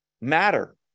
Matter